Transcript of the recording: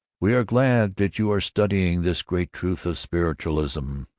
we are glad that you are studying this great truth of spiritualism,